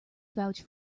vouch